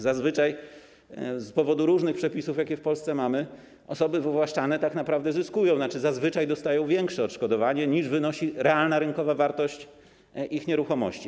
Zazwyczaj z powodu różnych przepisów, jakie w Polsce mamy, osoby wywłaszczane tak naprawdę zyskują, znaczy, zazwyczaj dostają większe odszkodowanie, niż wynosi realna rynkowa wartość ich nieruchomości.